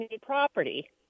property